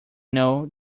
know